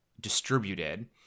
distributed